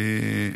מייד.